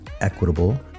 equitable